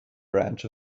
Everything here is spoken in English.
branch